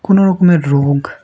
কোনো রকমের রোগ